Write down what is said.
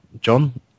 john